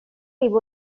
দিব